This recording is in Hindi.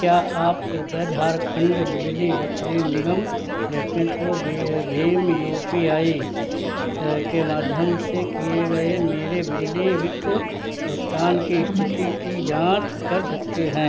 क्या आप कृपया झारखंड बिजली वितरण निगम लेफ़्टेंट को भीम यू पी आई के माध्यम से किए गए मेरे बिजली बित भुगतान की स्थिति की जाँच कर सकते हैं